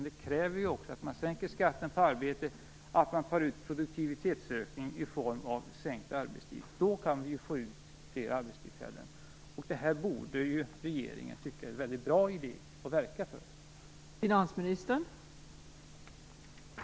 Det krävs att skatten på arbete sänks och att produktivitetsökningen tas ut i form av sänkt arbetstid. Då kan vi få fler arbetstillfällen. Regeringen borde tycka att det här är en väldigt bra idé och verka för den.